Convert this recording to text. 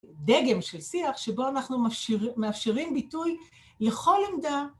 דגם של שיח שבו אנחנו מאפשרים ביטוי לכל עמדה.